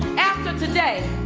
after today,